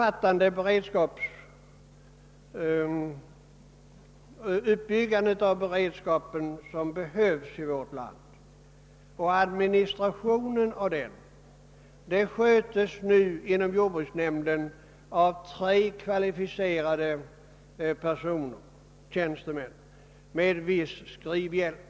Den uppbyggnad av beredskapen som behövs här i landet och administrationen därav skötes nu av tre kvalificerade tjänstemän i jordbruksnämnden med viss skrivhjälp.